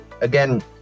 again